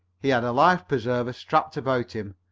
he had a life-preserver strapped about him,